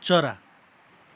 चरा